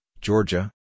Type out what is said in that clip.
Georgia